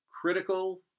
Critical –